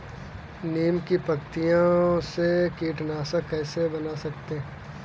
नीम की पत्तियों से कीटनाशक कैसे बना सकते हैं?